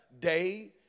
day